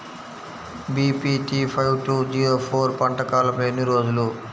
BPT five two zero four పంట కాలంలో ఎన్ని రోజులు?